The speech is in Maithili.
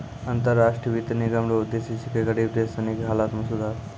अन्तर राष्ट्रीय वित्त निगम रो उद्देश्य छिकै गरीब देश सनी के हालत मे सुधार